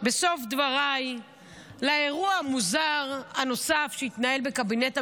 בסוף דבריי לאירוע המוזר הנוסף שהתנהל בקבינט המלחמה,